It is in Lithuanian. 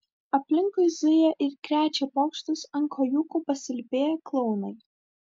aplinkui zuja ir krečia pokštus ant kojūkų pasilypėję klounai